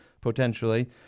potentially